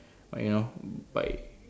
but you know by